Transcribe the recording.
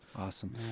Awesome